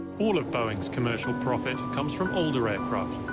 all of boeing's commercial profit comes from older aircraft